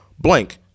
blank